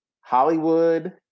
Hollywood